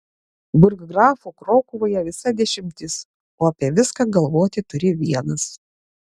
burggrafų krokuvoje visa dešimtis o apie viską galvoti turi vienas